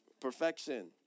Perfection